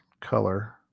color